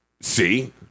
see